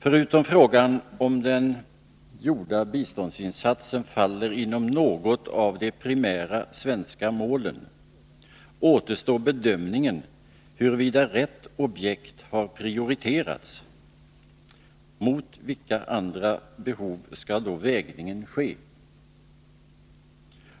Förutom frågan om den gjorda biståndsinsatsen faller inom något av de primära svenska målen, återstår bedömningen huruvida rätt objekt har prioriterats. Mot vilka andra behov skall då vägningen ske?